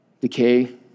decay